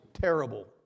terrible